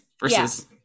versus